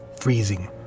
freezing